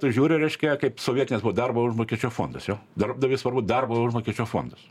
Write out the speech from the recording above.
tu žiūri reiškia kaip sovietinės buvo darbo užmokesčio fondas jo darbdaviui svarbu darbo užmokesčio fondas